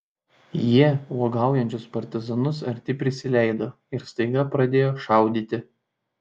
jie uogaujančius partizanus arti prisileido ir staiga pradėjo šaudyti